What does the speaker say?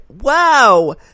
Wow